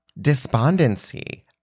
despondency